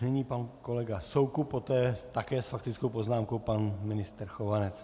Nyní pan kolega Soukup, poté také s faktickou poznámkou pan ministr Chovanec.